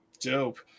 dope